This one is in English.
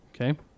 Okay